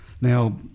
Now